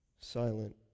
silent